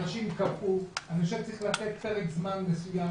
אנשים קבעו אני חושב שצריך לתת פרק זמן מסוים,